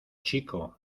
chico